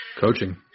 Coaching